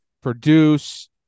produce